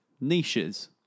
Niches